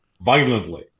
violently